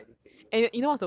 you want me to educate you